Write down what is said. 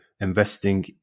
investing